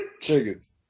Chickens